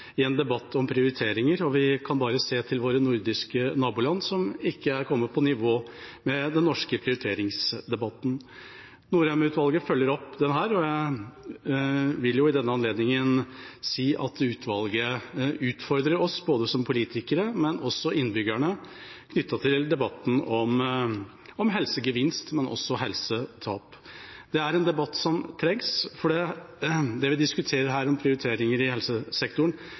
i en debatt om prioriteringer. Vi kan bare se til våre nordiske naboland, som ikke er kommet på nivå med den norske prioriteringsdebatten. Norheim-utvalget følger opp dette, og jeg vil ved denne anledningen si at utvalget utfordrer både oss politikere og innbyggerne knyttet til debatten om helsegevinst og helsetap. Det er en debatt som trengs, for det vi diskuterer her om prioriteringer i helsesektoren,